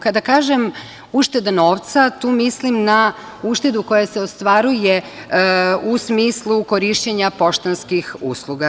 Kada kažem ušteda novca, tu mislim na uštedu koja se ostvaruje u smislu korišćenja poštanskih usluga.